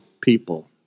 people